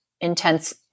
intense